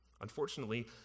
Unfortunately